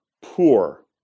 poor